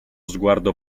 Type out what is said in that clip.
sguardo